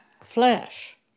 flesh